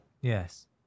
Yes